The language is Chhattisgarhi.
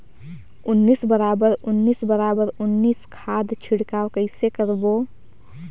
उन्नीस बराबर उन्नीस बराबर उन्नीस खाद छिड़काव कइसे करबो?